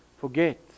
forget